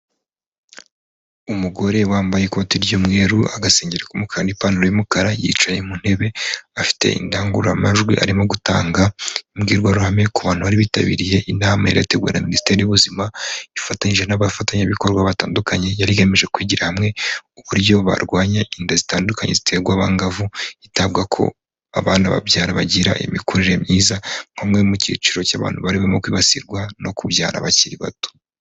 Umugore wambaye ikoti ry'umweru, agasengeri k'umukara n'ipantaro y'umukara, yicaye mu ntebe, afite indangururamajwi arimo gutanga imbwirwaruhame ku bantu bari bitabiriye inama yari yateguwe na minisiteri y'ubuzima ifatanyije n'abafatanyabikorwa batandukanye, yari igamije kwigira hamwe uburyo barwanya inda zitandukanye ziterwa abangavu, hitabwa ko abana babyara bagira imikurire myiza nka bamwe mu cyiciro cy'abantu barimo kwibasirwa no kubyara abakiri bato.